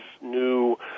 new